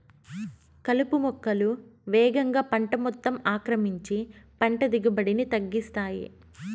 కలుపు మొక్కలు వేగంగా పంట మొత్తం ఆక్రమించి పంట దిగుబడిని తగ్గిస్తాయి